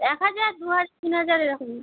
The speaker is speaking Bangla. এক হাজার দু হাজার তিন হাজার এরকমই